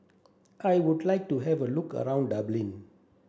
I would like to have a look around Dublin